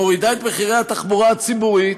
מורידה את מחירי התחבורה הציבורית,